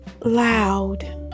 loud